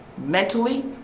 Mentally